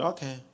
Okay